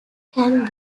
can